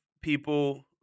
people